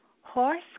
Horse